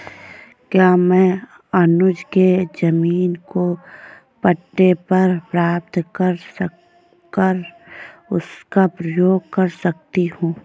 क्या मैं अनुज के जमीन को पट्टे पर प्राप्त कर उसका प्रयोग कर सकती हूं?